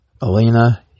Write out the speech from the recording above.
Alina